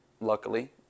luckily